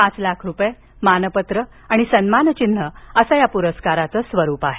पाच लाख रुपये मानपत्र स्मृतिचिन्ह असं या प्रस्काराचं स्वरुप आहे